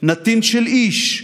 נתין של איש,